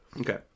Okay